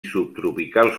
subtropicals